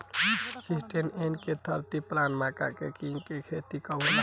Syngenta NK thirty plus मक्का के किस्म के खेती कब होला?